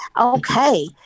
okay